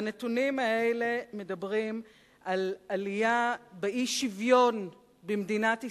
והנתונים האלה מדברים על עלייה באי-שוויון במדינת ישראל,